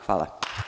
Hvala.